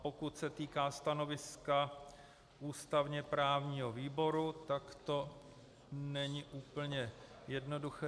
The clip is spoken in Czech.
Pokud se týká stanoviska ústavněprávního výboru, tak to není úplně jednoduché...